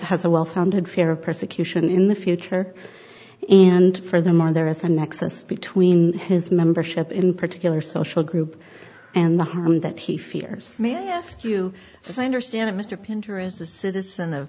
has a well founded fear of persecution in the future and furthermore there is a nexus between his membership in particular social group and the harm that he fears may i ask you as i understand it mr painter is a citizen of